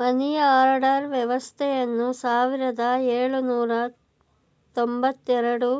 money order ವ್ಯವಸ್ಥೆಯನ್ನು ಸಾವಿರದ ಎಳುನೂರ ತೊಂಬತ್ತಎರಡು